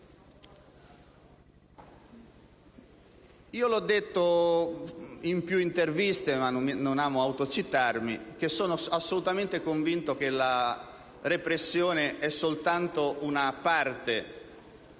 Come ho detto in più interviste, ma non amo autocitarmi, sono assolutamente convinto che la repressione sia soltanto una parte